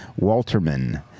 Walterman